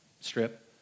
strip